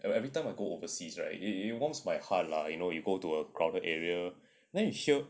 every time I go overseas right it warms my heart lah you know you go to a crowded area then you should